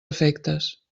efectes